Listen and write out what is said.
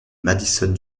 madison